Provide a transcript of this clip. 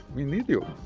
we need you.